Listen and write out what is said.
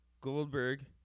Goldberg